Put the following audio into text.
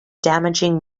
damaging